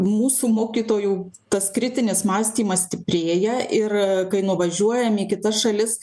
mūsų mokytojų tas kritinis mąstymas stiprėja ir kai nuvažiuojam į kitas šalis